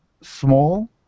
small